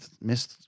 miss